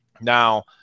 now